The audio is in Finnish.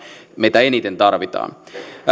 meitä eniten tarvitaan